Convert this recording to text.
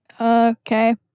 Okay